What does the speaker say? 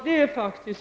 Herr talman!